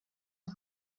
une